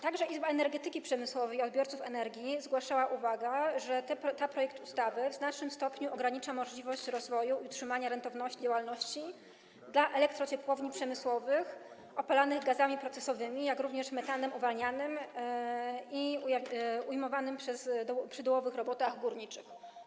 Także Izba Energetyki Przemysłowej i Odbiorców Energii zgłaszała uwagę, że ten projekt ustawy w znacznym stopniu ogranicza możliwość rozwoju utrzymania rentowności działalności elektrociepłowni przemysłowych opalanych gazami procesowymi, jak również metanem uwalnianym i ujmowanym przy dołowych robotach górniczych.